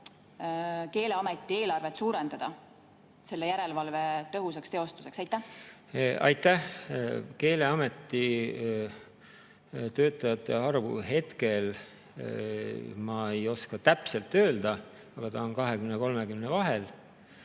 Keeleameti eelarvet suurendada selle järelevalve tõhusaks teostamiseks? Aitäh! Keeleameti töötajate arvu hetkel ma ei oska täpselt öelda, aga see on 20 ja 30 vahel.